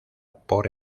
por